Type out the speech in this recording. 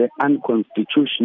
unconstitutional